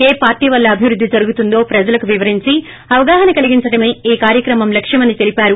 ఏ party వల్ల అభివృద్ది జరుగుతుందో ప్రజలకు వివరించి అవగాహన కలిగించడమే ఈ కార్యక్రమం లక్ష్యమని తెలిపారు